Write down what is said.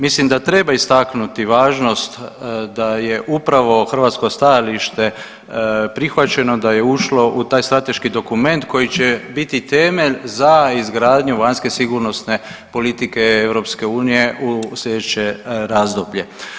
Mislim da treba istaknuti važnost da je upravo hrvatsko stajalište prihvaćeno da je ušlo u taj strateški dokument koji će biti temelj za izgradnju vanjske sigurnosne politike EU u sljedeće razdoblje.